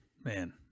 Man